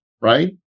right